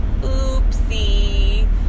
Oopsie